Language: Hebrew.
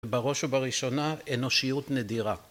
בראש ובראשונה, אנושיות נדירה.